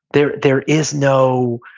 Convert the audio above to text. there there is no,